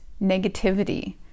negativity